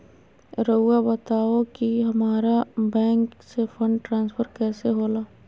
राउआ बताओ कि हामारा बैंक से फंड ट्रांसफर कैसे होला?